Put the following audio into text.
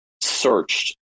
searched